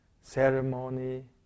ceremony